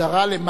דרך איזה חוק?